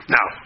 Now